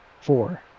Four